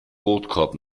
brotkorb